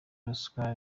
ruswa